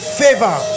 favor